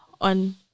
on